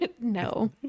No